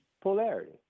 Polarity